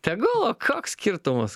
tegul o koks skirtumas